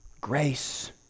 grace